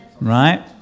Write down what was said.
Right